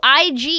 IG